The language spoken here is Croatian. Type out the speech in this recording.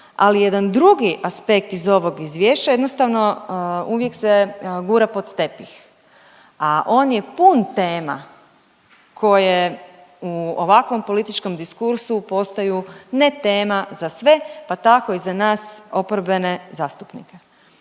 ali jedan drugi aspekt iz ovog izvješća jednostavno uvijek se gura pod tepih, a on je pun tema koje u ovakvom političkom diskursu postaju ne tema za sve, pa tako i za nas oporbene zastupnike.